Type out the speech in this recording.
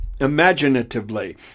imaginatively